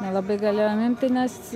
nelabai galėjome imti nes